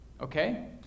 Okay